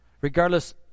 regardless